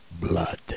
Blood